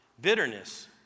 Bitterness